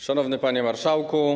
Szanowny Panie Marszałku!